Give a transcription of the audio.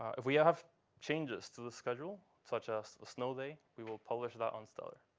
if we have changes to the schedule such as a snow day, we will publish that on stellar.